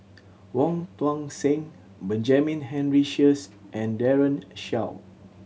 Wong Tuang Seng Benjamin Henry Sheares and Daren Shiau